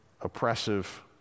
oppressive